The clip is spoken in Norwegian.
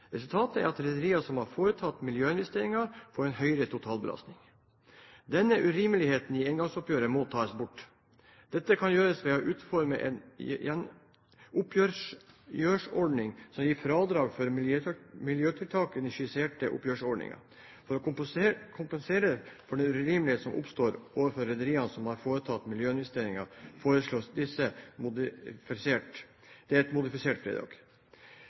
Resultatet er at rederier som har foretatt miljøinvesteringer, får en høyere totalbelastning. Denne urimeligheten i engangsoppgjøret må tas bort. Dette kan gjøres ved å utforme en oppgjørsordning som gir fradrag for miljøtiltak i den skisserte oppgjørsordningen. For å kompensere for den urimelighet som oppstår overfor rederier som har foretatt miljøinvesteringer, foreslås det et modifisert fradrag. Det er